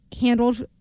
handled